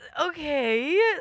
Okay